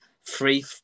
free